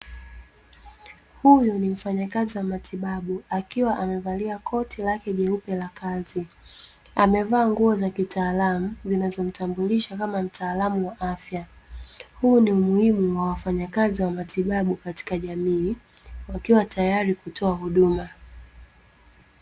Huyu ni mfanyakazi wa matibabu akiwa amevalia koti lake jeupe la kazi. Amevaa nguo za kitaalamu zinazomtambulisha kama mtaalamu wa afya. Huu ni umuhimu wa wafanyakazi wa matibabu katika jamii, wakiwa tayari kutoa huduma.